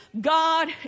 God